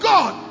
God